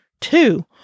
Two